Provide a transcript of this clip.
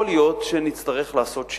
יכול להיות שנצטרך לעשות שינויים,